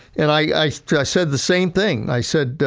and i said the same thing. i said,